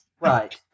right